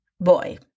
boy